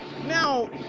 Now